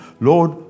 Lord